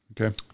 Okay